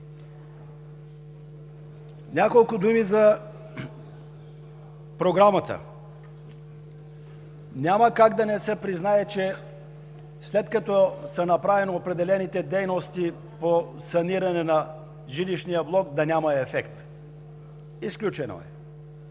Няколко думи за Програмата. Няма как да не се признае, че след като са направени определените дейности по саниране на жилищния блок, не може да няма ефект. Изключено е.